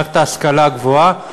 שנוגעים במערכת ההשכלה הגבוהה,